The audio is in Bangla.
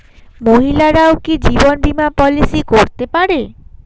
মহিলারাও কি জীবন বীমা পলিসি করতে পারে?